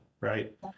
right